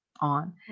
on